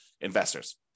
investors